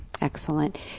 Excellent